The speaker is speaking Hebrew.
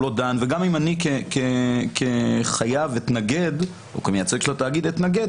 הוא לא דן וגם אם אני כחייב או כמייצג של התאגיד אתנגד,